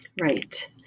Right